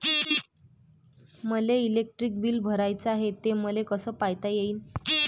मले electric bill भराचं हाय, ते मले कस पायता येईन?